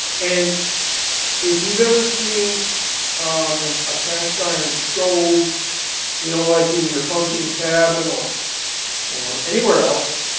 and if you've ever seen um and a cast iron stove you know like in your hunting cabin or or anywhere else,